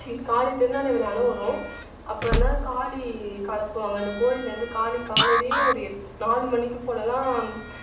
ச்சி காலை திருஞான விழான்னு வரும் அப்போ என்ன காளி கிளப்புவாங்க அந்த கோவில்லேருந்து காளி காலைலேயே ஒரு எட்டு நாலு மணிக்கு போகலாம்